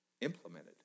implemented